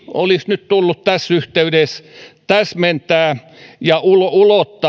olisi nyt tullut tässä yhteydessä täsmentää ja ulottaa